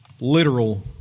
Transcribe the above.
literal